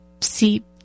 see